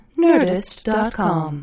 Nerdist.com